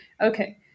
Okay